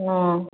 ꯑꯣ